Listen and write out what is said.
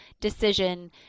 decision